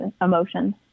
emotions